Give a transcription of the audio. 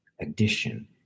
addition